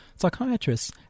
Psychiatrists